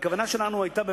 והכוונה שלנו היתה,